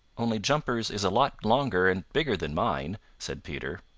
only jumper's is a lot longer and bigger than mine, said peter.